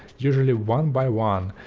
usually one by one,